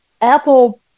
Apple